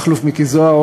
מכלוף מיקי זוהר,